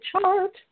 chart